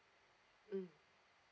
mm